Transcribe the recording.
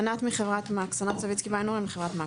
ענת סביצקי ביינהורן מחברת מקס.